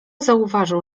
zauważył